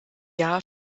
jahr